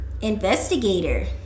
investigator